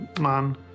man